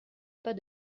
pas